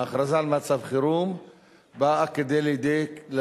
ההכרזה על מצב חירום באה כדי לתת